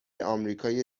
آمریکای